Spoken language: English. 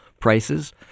prices